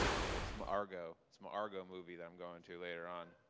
like it's m-argo, it's m-argo movie that i'm going to later on.